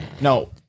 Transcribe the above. No